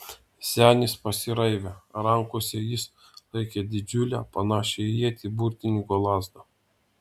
senis pasiraivė rankose jis laikė didžiulę panašią į ietį burtininko lazdą